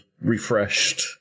refreshed